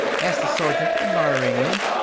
asked the sergeant admiringly.